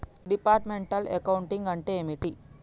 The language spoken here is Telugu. డిపార్ట్మెంటల్ అకౌంటింగ్ అంటే ఏమిటి?